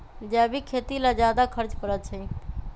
जैविक खेती ला ज्यादा खर्च पड़छई?